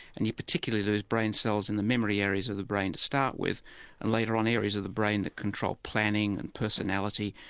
and you particularly lose brain cells in the memory areas of the brain to start with and later on areas of the brain that control planning, and personality,